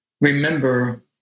remember